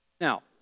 Now